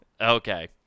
okay